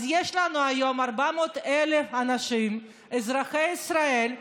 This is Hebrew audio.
אז יש לנו היום 400,000 אנשים, אזרחי ישראל,